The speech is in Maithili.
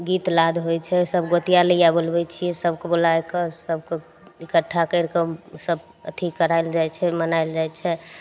गीत नाद होइ छै सब गोतिया लिया बोलबय छियै सबके बोलायके सबके इकठ्ठा करि कऽ सब अथी कराओल जाइ छै मनाोल जाइ छै